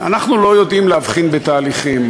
אנחנו לא יודעים להבחין בתהליכים,